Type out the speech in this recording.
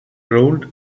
rolled